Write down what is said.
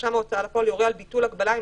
ש"רשם ההוצאה לפועל יורה על ביטול הגבלה אם